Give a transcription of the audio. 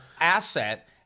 asset